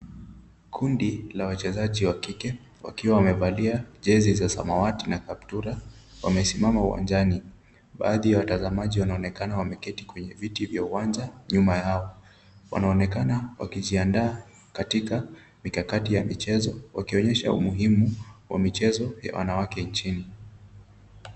Kundi la wachezaji wa kike wakiwa wamevalia jezi za samawati na kaptura, wamesimama uwanjani. Baadhi ya watazamaji wanaonekana wameketi kwenye viti vya uwanja nyuma yao. Wanaonekana wakijiandaa katika mikakati ya michezo, wakionyesha umuhimu wa michezo ya wanawake nchini.